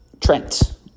Trent